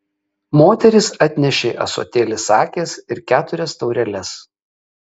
moteris atnešė ąsotėlį sakės ir keturias taureles